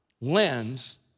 lens